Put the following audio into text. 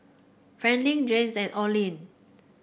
Franklin Jens and Oline